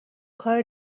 کار